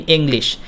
English